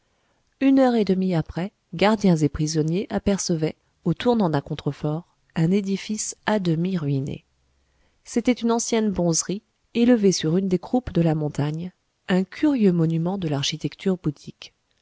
une heure et demie après gardiens et prisonniers apercevaient au tournant d'un contrefort un édifice à demi ruiné c'était une ancienne bonzerie élevée sur une des croupes de la montagne un curieux monument de l'architecture bouddhique